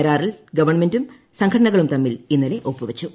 കരാറിൽ ഗവൺമെന്റും സംഘടനകളും തമ്മിൽ ഇന്നലെ ഒപ്പുവച്ചു